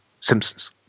Simpsons